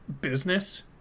business